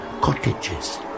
cottages